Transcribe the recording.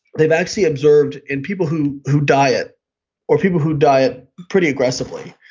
they've actually observed in people who who diet or people who diet pretty aggressively,